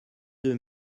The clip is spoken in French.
deux